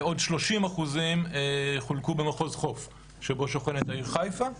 ועוד 30% חולקו במחוז חוף שבו שוכנת העיר חיפה.